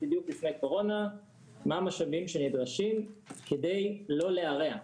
בדיוק לפני הקורונה מה המשאבים שנדרשים כדי לא להרע,